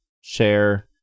share